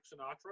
Sinatra